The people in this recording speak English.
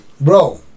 bro